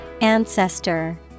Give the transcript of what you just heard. Ancestor